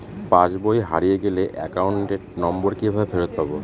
পাসবই হারিয়ে গেলে account number কিভাবে ফেরত পাব?